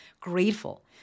grateful